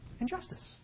Injustice